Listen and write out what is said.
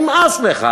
נמאס לך,